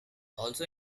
also